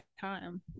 time